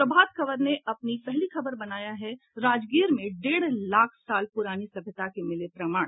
प्रभात खबर ने अपनी पहली खबर बनाया है राजगीर में डेढ़ लाख साल पुरानी सभ्यता के मिले प्रमाण